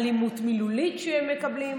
ואלימות מילולית שהם מקבלים.